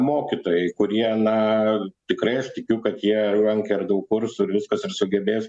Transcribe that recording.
mokytojai kurie na tikrai tikiu kad jie lankė ir daug kursų ir viskas ir sugebės